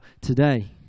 today